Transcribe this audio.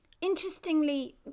interestingly